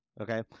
Okay